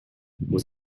was